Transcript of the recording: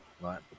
Right